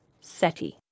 SETI